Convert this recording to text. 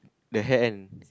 the hand